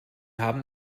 haben